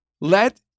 let